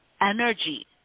energy